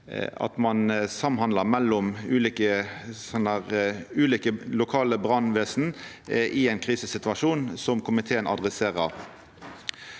at ein samhandlar mellom ulike lokale brannvesen i ein krisesituasjon, som komiteen nemner.